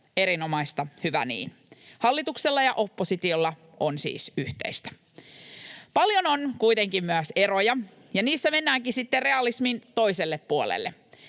erinomaista, hyvä niin. Hallituksella ja oppositiolla on siis yhteistä. Paljon on kuitenkin myös eroja, ja niissä mennäänkin sitten realismin toiselle puolelle.